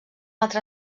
altra